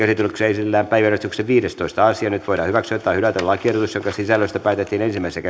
esitellään päiväjärjestyksen viidestoista asia nyt voidaan hyväksyä tai hylätä lakiehdotus jonka sisällöstä päätettiin ensimmäisessä